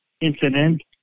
incident